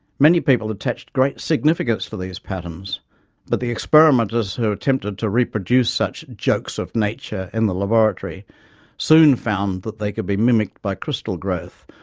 many people attached great significance to these patterns but the experimenters who attempted to reproduce such jokes of nature in the laboratory soon found that they could be mimicked by crystal growth,